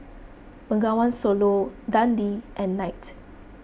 Bengawan Solo Dundee and Knight